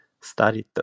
studied